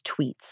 tweets